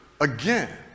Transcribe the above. again